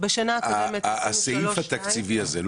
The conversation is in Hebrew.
הסעיף התקציבי הזה,